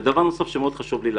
דבר נוסף שמאוד חשוב לי להגיד,